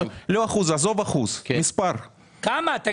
כמה?